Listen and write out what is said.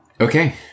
Okay